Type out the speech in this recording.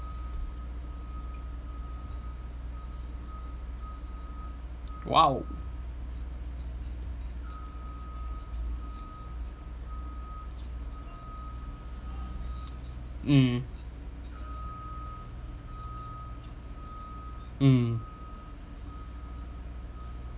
!wow! mm mm